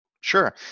Sure